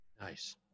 Nice